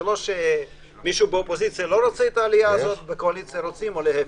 זה לא שמישהו באופוזיציה רוצה את העלייה ומישהו בקואליציה לא רוצה.